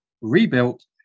rebuilt